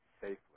safely